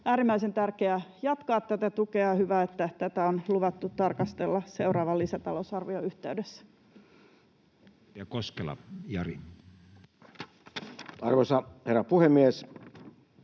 äärimmäisen tärkeä jatkaa. Hyvä, että tätä on luvattu tarkastella seuraavan lisätalousarvion yhteydessä. [Speech 20] Speaker: Matti